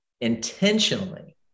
intentionally